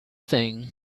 thing